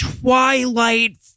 Twilight